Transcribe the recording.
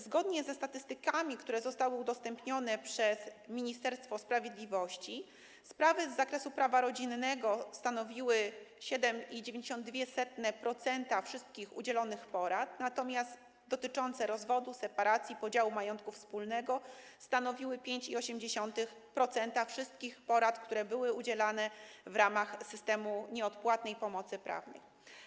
Zgodnie ze statystykami, które zostały udostępnione przez Ministerstwo Sprawiedliwości, sprawy z zakresu prawa rodzinnego stanowiły 7,92% wszystkich udzielonych porad, natomiast te dotyczące rozwodu, separacji, podziału majątku wspólnego stanowiły 5,8% wszystkich porad, które były udzielane w ramach systemu nieodpłatnej pomocy prawnej.